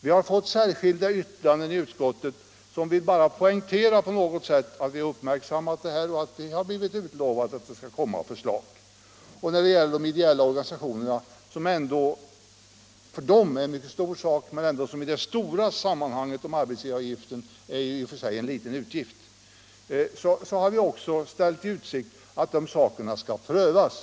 Det har avgivits — allmänna arbetsgiett särskilt yttrande till utskottsbetänkandet, där man bara på något vis = varavgiften, m.m. vill poängtera att vi har uppmärksammat detta och att förslag utlovats. När det gäller de ideella organisationerna, för vilka arbetsgivaravgiften ju är en mycket stor sak, även om det i det vidare sammanhanget rör sig om en liten utgift, har vi också ställt i utsikt att frågan skall prövas.